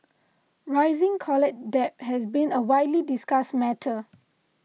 rising college debt has been a widely discussed matter